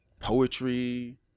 poetry